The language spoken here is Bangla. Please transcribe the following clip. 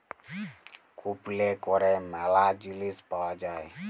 কুপলে ক্যরে ম্যালা জিলিস পাউয়া যায়